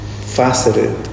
faceted